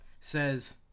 says